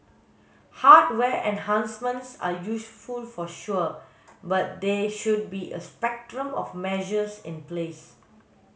hardware enhancements are useful for sure but there should be a spectrum of measures in place